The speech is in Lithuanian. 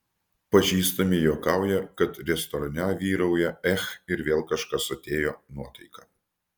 pažįstami juokauja kad restorane vyrauja ech ir vėl kažkas atėjo nuotaika